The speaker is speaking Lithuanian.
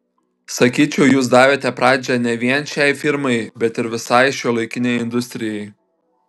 sakyčiau jūs davėte pradžią ne vien šiai firmai bet ir visai šiuolaikinei industrijai